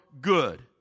good